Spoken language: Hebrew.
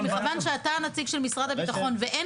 מכיוון שאתה הנציג של משרד הביטחון ואין